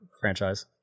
franchise